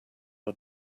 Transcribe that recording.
are